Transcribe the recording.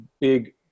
big